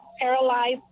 paralyzed